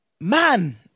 Man